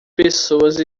pessoas